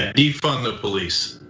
defund the police,